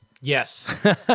yes